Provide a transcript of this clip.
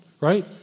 right